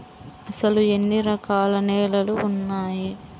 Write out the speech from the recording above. అసలు ఎన్ని రకాల నేలలు వున్నాయి?